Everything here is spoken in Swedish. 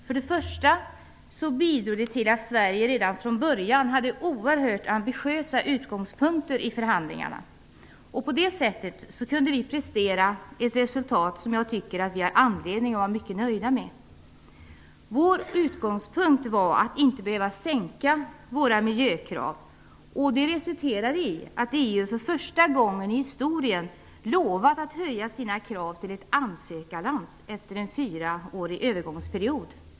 För det första bidrog den till att Sverige redan från början hade oerhört ambitiösa utgångspunkter i förhandlingarna. På så sätt kunde vi prestera ett resultat som jag tycker vi har anledning att vara mycket nöjda med. Vår utgångspunkt var att inte behöva sänka våra miljökrav. Resultatet blev att EU för första gången i historien lovat att höja sina krav till ett ansökarlands, efter en fyraårig övergångsperiod.